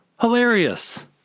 Hilarious